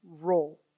Role